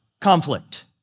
conflict